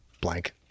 blank